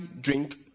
drink